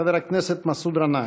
חבר הכנסת מסעוד גנאים.